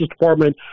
Department